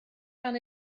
gan